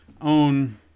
own